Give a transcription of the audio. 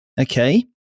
okay